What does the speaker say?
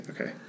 okay